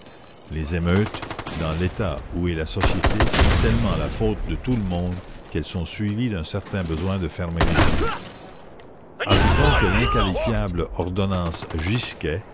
les émeutes dans l'état où est la société sont tellement la faute de tout le monde qu'elles sont suivies d'un certain besoin de fermer les yeux ajoutons que l'inqualifiable ordonnance